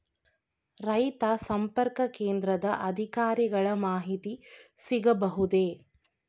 ರೈತ ಸಂಪರ್ಕ ಕೇಂದ್ರದ ಅಧಿಕಾರಿಗಳ ಮಾಹಿತಿ ಸಿಗಬಹುದೇ?